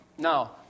Now